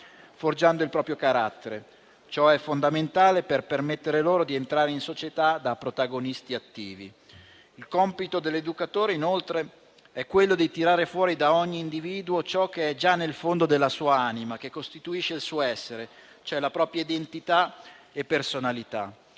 forgiando il proprio carattere. Ciò è fondamentale per permettere loro di entrare in società da protagonisti attivi. Il compito dell'educatore, inoltre, è quello di tirare fuori da ogni individuo ciò che è già nel fondo della sua anima, che costituisce il suo essere, cioè la propria identità e personalità.